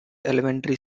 elementary